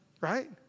Right